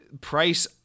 price